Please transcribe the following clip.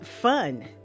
fun